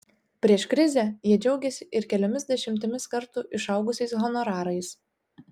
prieš krizę jie džiaugėsi ir keliomis dešimtimis kartų išaugusiais honorarais